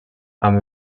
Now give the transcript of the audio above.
amb